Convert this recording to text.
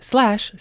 Slash